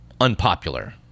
unpopular